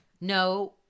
no